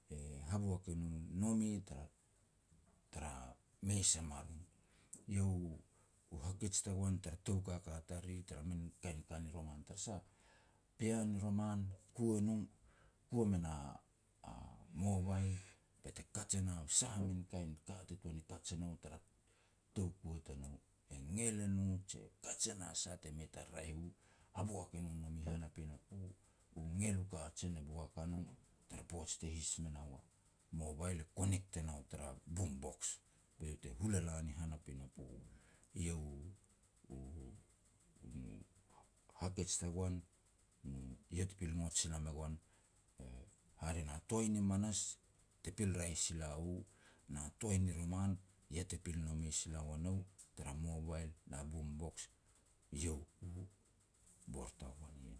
e haboak e no nome tara-tara mes a maron. Iau u hakej tagoan tara tou kaka tariri tara min kain ka ni roman. Tara sah, pean ni roman kua no, kua me na a mobile be te kaj e na sah a min kain ka te tuan ni kaj e nou tara toukua tanou. E ngel e no je kaj e na sah te mei ta raeh u, haboak e no nome han a pinapo, u ngel u kajen e boak a no, tara poaj te his me nou a mobile e connect e nau tara boom box, be iau te hulala ni han a pinapo. Eiau u-u-u hakej tagaon ia te pil ngot sila me goan, e hare na toai ni manas te pil raeh sila u na toai ni roman ia te pil nome sila ua nou, tara mobile na boom box, eiau bor tagoan ien.